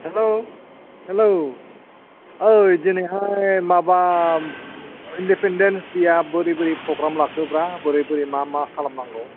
हेल' hello ओइ दिनैहाय माबा इन्देपेनडेन्स दे या बोरै बोरै प्रग्राम लाखोब्रा बोरै बोरै मा मा खालामनांगौ